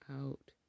out